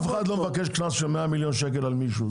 אף אחד לא מבקש קנס של 100 מיליון שקל על מישהו,